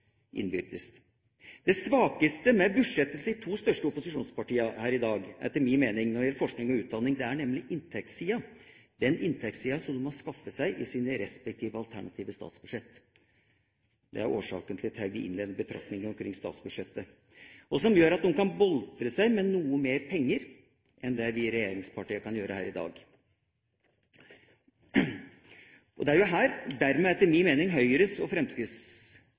Det svakeste med budsjettene til de to største opposisjonspartiene her i dag når det gjelder forskning og utdanning, er etter min mening inntektssida, den inntektssida som de har skaffet seg i sine respektive alternative statsbudsjett – det er årsaken til mine innledende betraktninger om statsbudsjettet – og som gjør at de kan boltre seg med noe mer penger enn det vi i regjeringspartia kan gjøre her i dag. Jeg kunne også ha tenkt meg å ha flere penger til disposisjon, for all del. Å satse klokt og